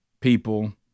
people